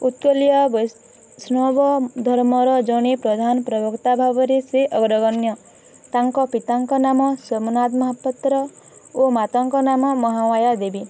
ଉତ୍କଳୀୟ ବୈଷ୍ଣବ ଧର୍ମର ଜଣେ ପ୍ରଧାନ ପ୍ରଭକ୍ତା ଭାବରେ ଶ୍ରୀ ଅଗ୍ରଗଣ୍ୟ ତାଙ୍କ ପିତାଙ୍କ ନାମ ସୋମନାଥ ମହାପାତ୍ର ଓ ମାତାଙ୍କ ନାମ ମହାମାୟା ଦେବୀ